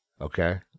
okay